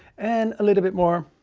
and a little bit more.